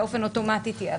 באופן אוטומטי תהינה עבירת...